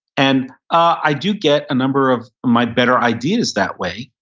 and i do get a number of my better ideas that way.